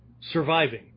Surviving